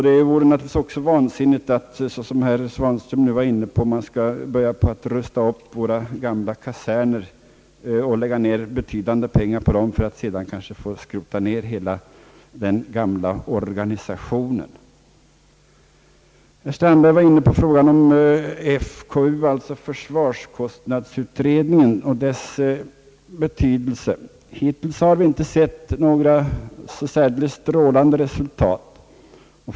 Det vore också vansinnigt att som herr Svanström nu antyder börja rusta upp våra gamla kaserner och lägga ner betydande pengar på dem för att sedan kanske få skrota ner hela den gamla organisationen. Herr Strandberg var inne på frågan om FKU, alltså försvarskostnadsutredningen, och dess betydelse. Hittills har vi inte sett några särdeles strålande resultat av dess arbete.